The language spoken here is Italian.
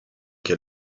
che